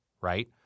right